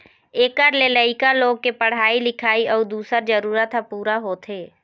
एखर ले लइका लोग के पढ़ाई लिखाई अउ दूसर जरूरत ह पूरा होथे